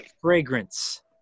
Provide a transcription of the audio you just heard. fragrance